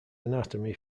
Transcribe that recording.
anatomy